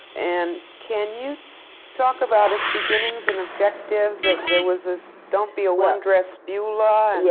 and can you talk about its beginnings and objectives? there was this don't be a one-dress beulah, yeah